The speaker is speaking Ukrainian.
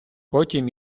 потім